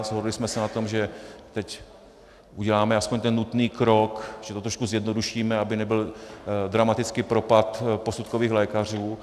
Shodli jsme se na tom, že teď uděláme alespoň ten nutný krok, že to trošku zjednodušíme, aby nebyl dramatický propad posudkových lékařů.